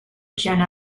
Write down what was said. jena